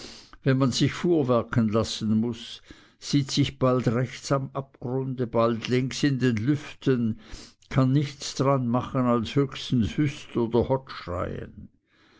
wenn man sich fuhrwerken lassen muß sieht sich bald rechts am abgrunde bald links in den lüften kann nichts dran machen als höchstens hüst oder hott schreien